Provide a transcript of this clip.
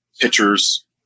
pitchers